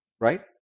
right